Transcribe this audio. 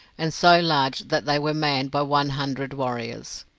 and so large that they were manned by one hundred warriors.